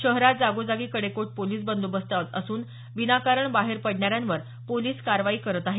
शहरात जागोजागी कडेकोट पोलीस बंदोबस्त असून विनाकारण बाहेर पडणाऱ्यांवर पोलिस कारवाई करत आहेत